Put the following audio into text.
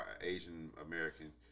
Asian-American